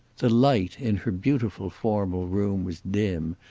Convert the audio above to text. the light in her beautiful formal room was dim,